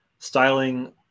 Styling